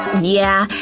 yeah,